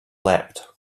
leapt